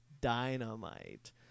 dynamite